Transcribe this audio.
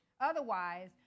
Otherwise